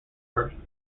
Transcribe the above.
versions